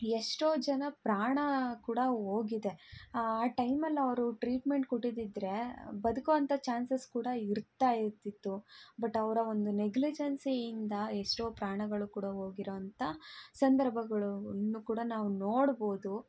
ಎಷ್ಟೋ ಜನ ಪ್ರಾಣ ಕೂಡ ಹೋಗಿದೆ ಆ ಟೈಮಲ್ಲಿ ಅವರು ಟ್ರೀಟ್ಮೆಂಟ್ ಕೊಟ್ಟಿದ್ದಿದ್ದರೆ ಬದುಕುವಂಥ ಚಾನ್ಸಸ್ ಕೂಡ ಇರ್ತಾ ಇರ್ತಿತ್ತು ಬಟ್ ಅವರ ಒಂದು ನೆಗ್ಲಿಜೆನ್ಸಿಯಿಂದ ಎಷ್ಟೋ ಪ್ರಾಣಗಳು ಕೂಡ ಹೋಗಿರೋಂಥ ಸಂದರ್ಭಗಳು ಅನ್ನು ಕೂಡ ನಾವು ನೋಡ್ಬೋದು